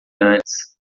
antes